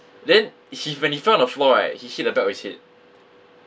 then he when he fell on the floor right he hit the back of his head